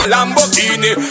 Lamborghini